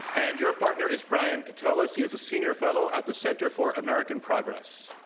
and your partner is brian katulis. he is a senior fellow at the center for american progress.